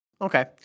Okay